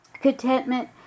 Contentment